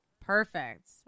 perfect